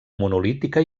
monolítica